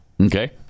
Okay